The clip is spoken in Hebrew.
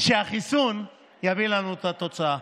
שהחיסון יביא לנו את תוצאה.